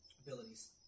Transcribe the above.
Abilities